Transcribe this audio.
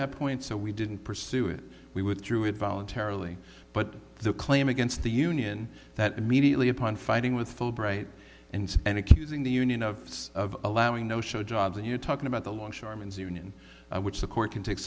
that point so we didn't pursue it we withdrew it voluntarily but the claim against the union that immediately upon fighting with fulbright and and accusing the union of allowing no show jobs and you're talking about the longshoremen's union which the court can take